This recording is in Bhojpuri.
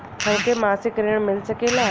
हमके मासिक ऋण मिल सकेला?